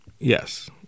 Yes